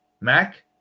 Mac